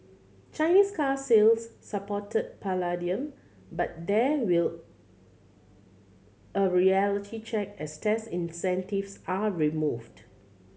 Chinese car sales supported palladium but there will a reality check as tax incentives are removed